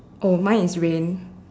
oh mine is rain